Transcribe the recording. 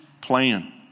plan